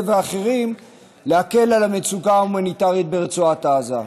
ואחרים להקל את המצוקה ההומניטרית ברצועת עזה.